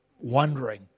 wondering